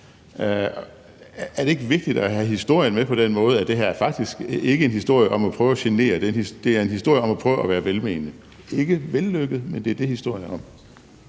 Er det ikke vigtigt at have historien med på den måde, at det her faktisk ikke er en historie om at prøve at genere, men at det er en historie om at prøve at være velmenende? Det var ikke vellykket, men det er det, historien er om.